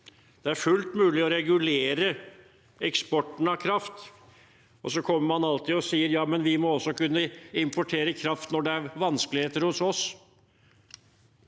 Det er fullt mulig å regulere eksporten av kraft. Så kommer man alltid og sier at vi også må kunne importere kraft når det er vanskeligheter hos oss.